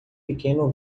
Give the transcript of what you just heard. pequeno